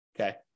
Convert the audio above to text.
okay